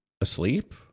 asleep